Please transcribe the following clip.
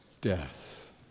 death